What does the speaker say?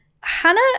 Hannah